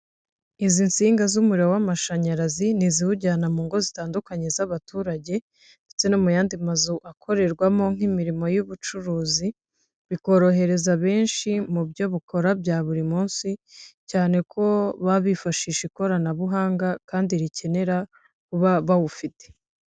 Izi nsinga z'umuriro w'amashanyarazi ni iziwujyana mu ngo zitandukanye z'abaturage ndetse no mu y'andi mazu akorerwamo nk'imirimo y'ubucuruzi bikorohereza benshi mu byo bakora bya buri munsi cyane ko ba bifashisha ikoranabuhanga kandi rikenera kuba bawufite.